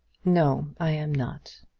no i am not.